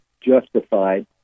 justified